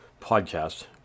podcast